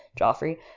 Joffrey